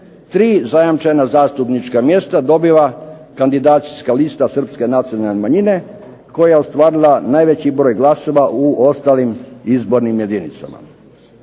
zajamčena zastupnička mjesta dobiva kandidacijska lista Srpske nacionalne manjine koja je ostvarila najveći broj glasova u ostalim izbornim jedinicama.